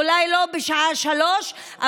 אולי לא בשעה 03:00,